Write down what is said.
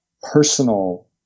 personal